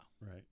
Right